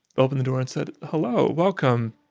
opened the door and said, hello, welcome.